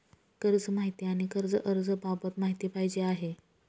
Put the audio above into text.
कर्ज माहिती आणि कर्ज अर्ज बाबत माहिती पाहिजे आहे